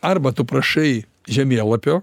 arba tu prašai žemėlapio